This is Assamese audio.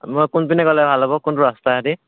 মই কোন পিনে গ'লে ভাল হ'ব কোনটো ৰাস্তাই দি